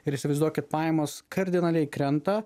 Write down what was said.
ir įsivaizduokit pajamos kardinaliai krenta